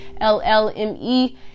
l-l-m-e